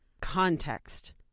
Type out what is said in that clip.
context